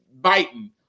biting